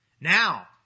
Now